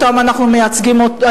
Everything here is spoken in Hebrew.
אותם אזרחים שאנחנו מייצגים היום,